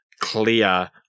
clear